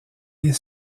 les